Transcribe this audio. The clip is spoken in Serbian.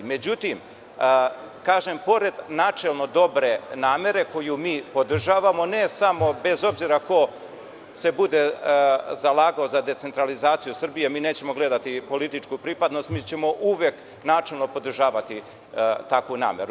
Međutim, pored načelno dobre namere, koju mi podržavamo, bez obzira ko se bude zalagao za decentralizaciju Srbije, mi nećemo gledati političku pripadnost, uvek ćemo načelno podržavati takvu nameru.